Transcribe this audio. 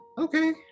Okay